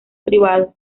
privado